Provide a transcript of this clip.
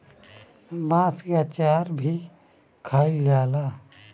बांस के अचार भी खाएल जाला